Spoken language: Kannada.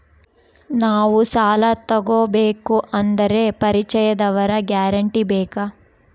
ನಾವು ಸಾಲ ತೋಗಬೇಕು ಅಂದರೆ ಪರಿಚಯದವರ ಗ್ಯಾರಂಟಿ ಬೇಕಾ?